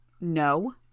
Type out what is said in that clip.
No